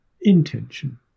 Intention